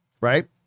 right